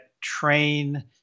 train